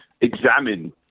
examine